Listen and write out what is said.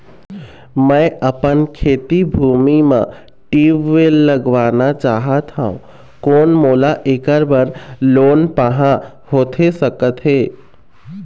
मैं अपन खेती भूमि म ट्यूबवेल लगवाना चाहत हाव, कोन मोला ऐकर बर लोन पाहां होथे सकत हे?